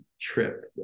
trip